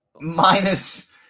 Minus